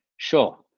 Sure